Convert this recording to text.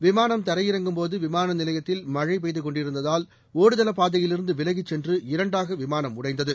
விமானம் தரையிறங்கும்போது விமான நிலையத்தில் மழை பெய்து கொண்டிருந்ததால் ஒடுதள பாதையிலிருந்து விலகிச் சென்று இரண்டாக உடைந்தது